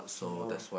endure